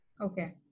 Okay